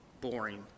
boring